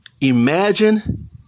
Imagine